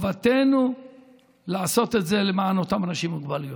חובתנו לעשות את זה למען אותם אנשים עם מוגבלויות.